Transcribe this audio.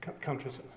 countries